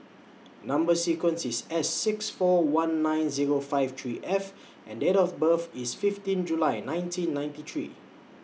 Number sequence IS S six four one nine Zero five three F and Date of birth IS fifteen July nineteen ninety three